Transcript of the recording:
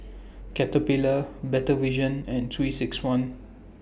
Caterpillar Better Vision and three six one